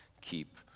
keep